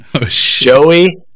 Joey